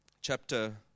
chapter